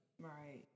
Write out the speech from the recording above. Right